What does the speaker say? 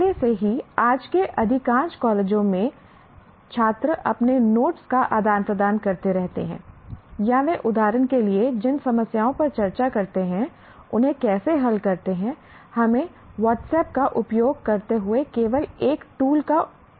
पहले से ही आज के अधिकांश कॉलेजों में भी छात्र अपने नोट्स का आदान प्रदान करते रहते हैं या वे उदाहरण के लिए जिन समस्याओं पर चर्चा करते हैं उन्हें कैसे हल करते हैं हमें व्हाट्सएप का उपयोग करते हुए केवल एक टूल का उपयोग कर रहे हैं